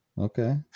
Okay